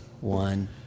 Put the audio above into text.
one